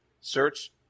Search